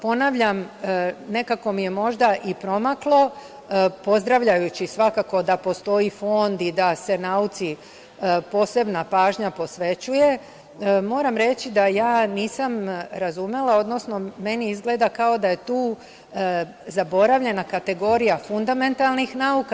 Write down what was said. Ponavljam, nekako mi je možda i promaklo, pozdravljajući svakako da postoji fond i da se nauci posebna pažnja posvećuje, moram reći da ja nisam razumela, odnosno meni izgleda kao da je tu zaboravljena kategorija fundamentalnih nauka.